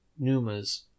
numas